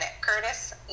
Curtis